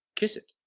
kiss it.